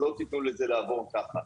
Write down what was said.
לא תיתנו לזה לעבור ככה.